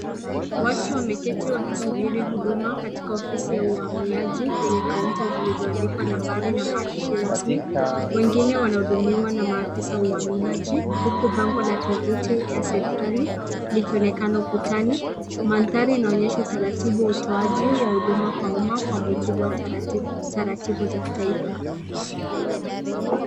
Watu wameketi wakisubiri huduma katika ofisi ya uhamiaji yenye kaunta zilizoandikwa nambari na maandishi rasmi, wengine wanahudumiwa na maafisa wa uhamiaji huku bango la tovuti ya serikali likionekana ukutani. Mandhari inaonyesha utaratibu wa utoaji wa huduma kwa umma kwa mujibu wa taratibu za kitaifa.